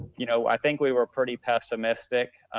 you know, i think we were pretty pessimistic.